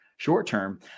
Short-term